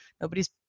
nobody's